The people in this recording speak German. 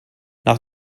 nach